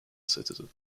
citizen